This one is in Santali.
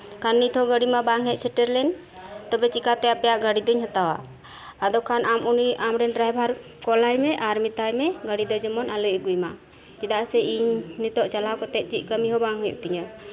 ᱟᱨ ᱱᱤᱛ ᱦᱚᱸ ᱜᱟᱹᱰᱤ ᱢᱟ ᱵᱟᱝ ᱦᱮᱡ ᱥᱮᱴᱮᱨ ᱞᱮᱱ ᱛᱚᱵᱮ ᱪᱤᱠᱟᱹᱛᱮ ᱟᱯᱮᱭᱟᱜ ᱜᱟᱹᱰᱤ ᱫᱚᱧ ᱦᱟᱛᱟᱣᱟ ᱟᱫᱚ ᱠᱷᱟᱱ ᱩᱱᱤ ᱟᱢᱨᱮᱱ ᱰᱨᱟᱭᱵᱷᱟᱨ ᱠᱚᱞ ᱟᱭ ᱢᱮ ᱟᱨ ᱢᱮᱛᱟᱭ ᱢᱮ ᱜᱟᱹᱰᱤ ᱫᱚ ᱡᱮᱢᱚᱱ ᱟᱞᱚᱭ ᱟᱹᱜᱩᱭ ᱢᱟ ᱪᱮᱫᱟᱜ ᱥᱮ ᱤᱧ ᱱᱤᱛᱳᱜ ᱪᱟᱞᱟᱣ ᱠᱟᱛᱮᱫ ᱪᱮᱫ ᱠᱟᱹᱢᱤ ᱦᱚᱸ ᱵᱟᱝ ᱦᱩᱭᱩᱜ ᱛᱤᱧᱟᱹ